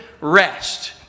rest